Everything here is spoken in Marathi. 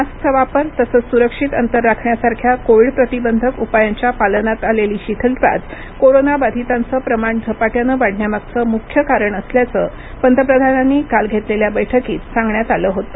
मास्कचा वापर तसंच सुरक्षित अंतर राखण्यासारख्या कोविड प्रतिबंधक उपायांच्या पालनात आलेली शिथिलताच कोरोना बाधितांचं प्रमाण झपाट्यानं वाढण्यामागचं मुख्य कारण असल्याचं पंतप्रधानांनी काल घेतलेल्या बैठकीत सांगण्यात आलं होतं